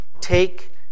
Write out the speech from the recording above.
take